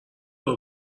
بار